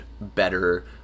better